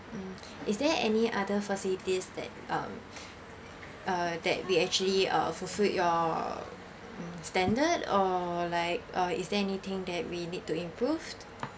is there any other facilities that um uh that we actually uh fulfilled your standard or like uh is there anything that we need to improve